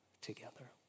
together